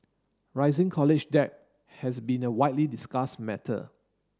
rising college debt has been a widely discuss matter